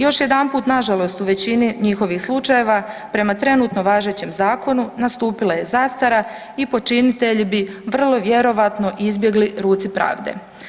Još jedanput nažalost u većini njihovih slučajeva prema trenutno važećem zakonu nastupila je zastara i počinitelji bi vrlo vjerojatno izbjegli ruci pravde.